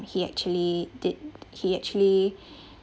he actually did he actually